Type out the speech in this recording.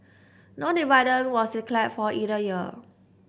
no dividend was for either year